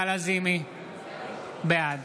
בעד